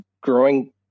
growing